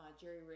Jerry